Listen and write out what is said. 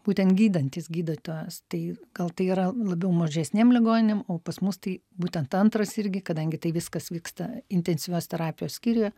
būtent gydantis gydytojas tai gal tai yra labiau mažesnėm ligoninėm o pas mus tai būtent antras irgi kadangi tai viskas vyksta intensyvios terapijos skyriuje